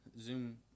Zoom